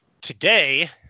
today